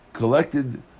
Collected